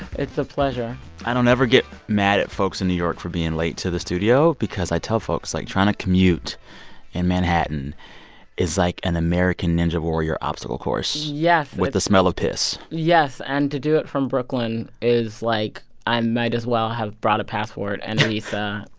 pleasure i don't ever get mad at folks in new york for being late to the studio because i tell folks, like, trying to commute in manhattan is like an american ninja warrior obstacle course. yes. with the smell of piss yes. and to do it from brooklyn is like i might as well have brought a passport and visa